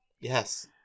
Yes